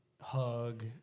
hug